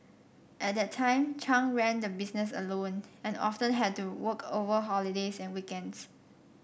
at that time Chung ran the business alone and often had to work over holidays and weekends